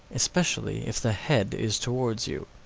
especially if the head is towards you.